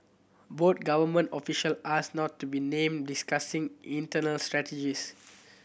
both government official asked not to be named discussing internal strategies